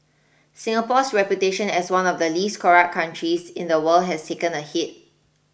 Singapore's reputation as one of the least corrupt countries in the world has taken a hit